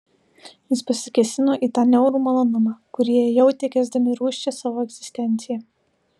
jis pasikėsino į tą niaurų malonumą kurį jie jautė kęsdami rūsčią savo egzistenciją